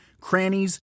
crannies